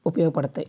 ఉపయోగపడతాయి